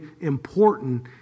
important